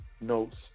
notes